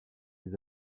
des